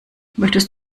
möchtest